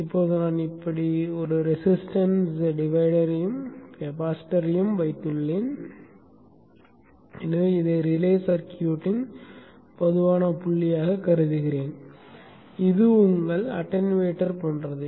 இப்போது நான் இப்படி ஒரு ரெசிஸ்டன்ஸ் டிவைடரையும் கெப்பாசிட்டர்ஐயும் வைத்துள்ளேன் எனவே இதை ரிலே சர்க்யூட்டின் பொதுவான புள்ளியாகக் கருதுகிறேன் இது உங்கள் அட்டென்யூட்டர் போன்றது